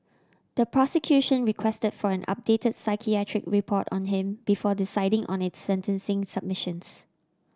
the prosecution request for an update psychiatric report on him before deciding on its sentencing submissions